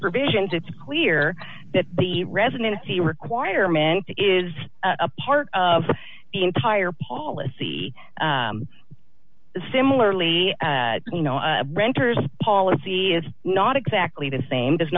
provisions it's clear that the residency requirement is a part of the entire policy similarly you know renters policy it's not exactly the same does